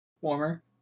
Warmer